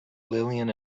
lillian